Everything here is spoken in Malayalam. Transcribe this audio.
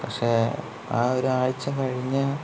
പക്ഷേ ആ ഒരാഴ്ച കഴിഞ്ഞ്